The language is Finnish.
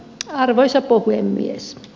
arvoisa puhemies